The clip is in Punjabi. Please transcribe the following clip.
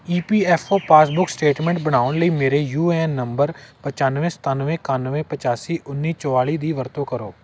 ਈ P F O passbook statement ਬਣਾਉਣ ਲਈ ਮੇਰੇ ਯੂ ਏ ਐੱਨ ਨੰਬਰ ਪਚਾਨਵੇਂ ਸਤਾਨਵੇਂ ਇਕਾਨਵੇਂ ਪਚਾਸੀ ਉੱਨੀ ਚੁਤਾਲੀ ਦੀ ਵਰਤੋਂ ਕਰੋ